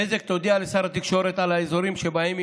בזק תודיע לשר התקשורת על האזורים שבהם היא